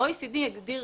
ה-OECD הגדיר